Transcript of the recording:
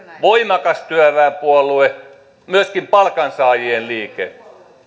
voimakas työväenpuolue myöskin palkansaajien liike